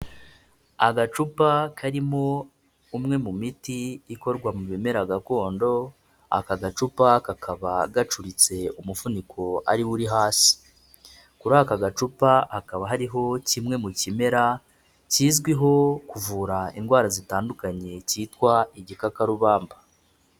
Agacupa karimo umwe mu miti ikorwa mu bimera gakondo, aka gacupa kakaba gacuritse, umufuniko ari wo uri hasi. Kuri aka gacupa hakaba hariho kimwe mu kimera kizwiho kuvura indwara zitandukanye, cyitwa igikakarubamba.